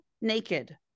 naked